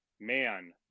man